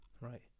Right